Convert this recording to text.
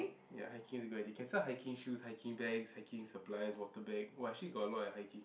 ya hiking is a good idea can sell hiking shoes hiking bags hiking supplies water bag !wah! actually got a lot eh hiking